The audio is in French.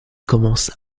commence